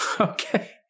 Okay